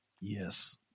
Yes